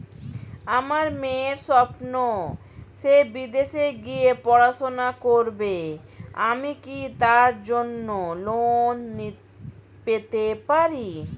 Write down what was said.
আমার মেয়ের স্বপ্ন সে বিদেশে গিয়ে পড়াশোনা করবে আমি কি তার জন্য লোন পেতে পারি?